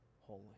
holy